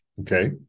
okay